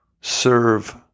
serve